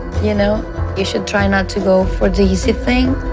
you know you should try not to go for the easy thing.